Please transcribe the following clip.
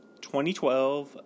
2012